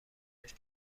داشت